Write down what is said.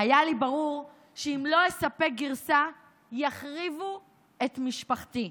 "היה לי ברור שאם לא אספק גרסה יחריבו את משפחתי".